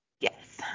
Yes